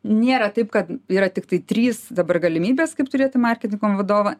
nėra taip kad yra tiktai trys dabar galimybės kaip turėti marketingo vadovą